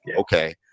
okay